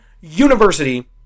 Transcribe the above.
University